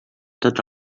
tots